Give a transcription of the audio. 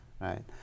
right